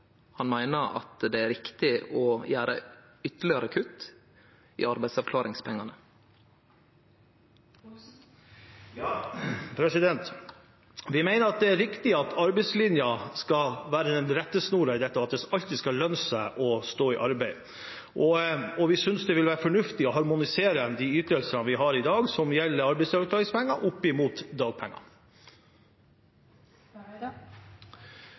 han meiner at det er riktig å gjere ytterlegare kutt i arbeidsavklaringspengane. Vi mener at det er riktig at arbeidslinja skal være rettesnoren, at det alltid skal lønne seg å stå i arbeid. Vi synes det vil være fornuftig å harmonisere de ytelsene vi har i dag som gjelder arbeidsavklaringspenger,